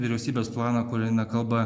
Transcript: vyriausybės plano kuri na kalba